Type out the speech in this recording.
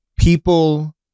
People